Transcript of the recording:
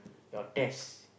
your test